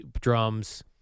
drums